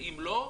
ואם לא,